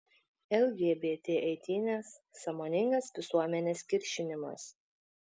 lgbt eitynės sąmoningas visuomenės kiršinimas